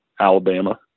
Alabama